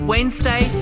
Wednesday